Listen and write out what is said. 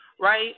right